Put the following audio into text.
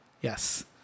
Yes